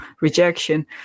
rejection